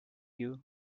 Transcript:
you